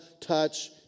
touch